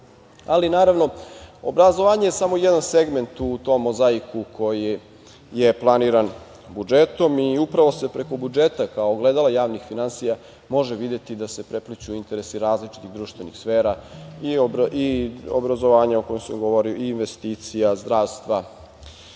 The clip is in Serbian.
obrazovanje. Naravno, obrazovanje je samo jedan segment u tom mozaiku koji je planiran budžetom i upravo se preko budžeta kao ogledala javnih finansija može videti da se prepliću interesi različitih društvenih sfera i obrazovanja o kojem sam govorio i investicija zdravstva,